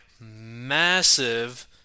massive